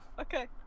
Okay